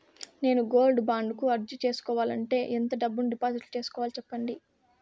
నేను gold bond కు అర్జీ సేసుకోవాలంటే ఎంత డబ్బును డిపాజిట్లు సేసుకోవాలి సెప్పండి